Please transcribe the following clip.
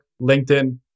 LinkedIn